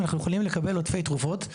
אנחנו יכולים לקבל עודפי תרופות.